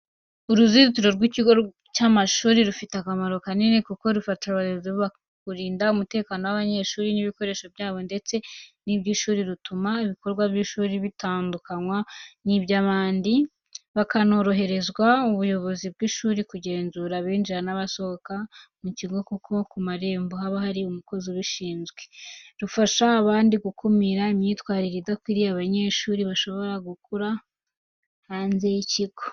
Uruzitiro rw’ikigo cy’amashuri rufite akamaro kanini kuko rufasha ubuyobozi kurinda umutekano w’abanyeshuri n’ibikoresho byabo ndetse n’iby’ishuri, rutuma ibikorwa by’ishuri bitandukanywa n’iby’abandi, bikanorohereza ubuyobozi bw'ishuri kugenzura abinjira n’abasohoka mu kigo kuko ku marembo haba hari umukozi ubishinzwe. Rufasha kandi gukumira imyitwarire idakwiriye abanyeshuri bashobora gukura hanze y’ikigo.